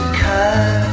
cut